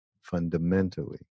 fundamentally